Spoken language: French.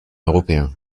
européens